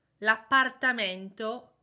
l'appartamento